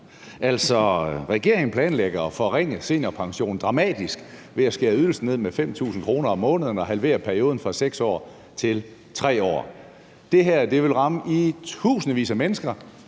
regeringen planlægger at forringe seniorpensionen dramatisk ved at skære ydelsen ned med 5.000 kr. om måneden og halvere perioden fra 6 år til 3 år. Det her vil ramme i tusindvis af mennesker,